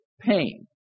pain